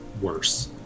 worse